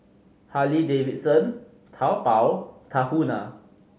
Harley Davidson Taobao Tahuna